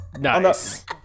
Nice